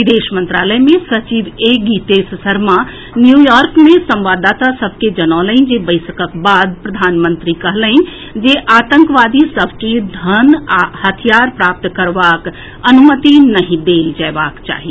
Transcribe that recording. विदेश मंत्रालय मे सचिव ए गीतेश सरमा न्यूयार्क मे संवाददाता सभ के जनौलनि जे बैसकक बाद प्रधानमंत्री कहलनि जे आतंकवादी सभ के धन आ हथियार प्राप्त करबाक अनुमति नहि देल जएबाक चाही